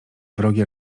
wrogie